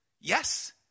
yes